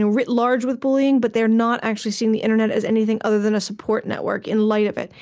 ah writ large, with bullying, but they're not actually seeing the internet as anything other than a support network in light of it.